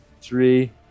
three